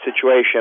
situation